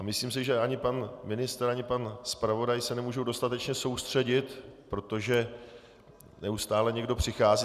Myslím si, že ani pan ministr ani pan zpravodaj se nemůžou dostatečně soustředit, protože neustále někdo přichází.